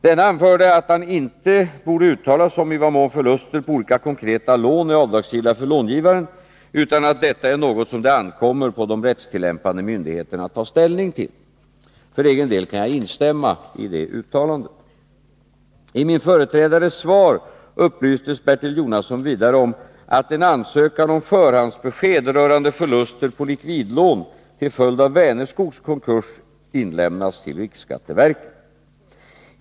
Denne anförde att han inte borde uttala sig om i vad mån förluster på olika konkreta lån är avdragsgilla för långivaren utan att detta är något som det ankommer på de rättstillämpande myndigheterna att ta ställning till. För egen del kan jag instämma i detta uttalande. I min företrädares svar upplystes Bertil Jonasson vidare att en ansökan om förhandsbesked rörande förluster på likvidlån till följd av Vänerskogs konkurs inlämnats till riksskatteverket.